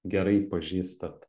gerai pažįstat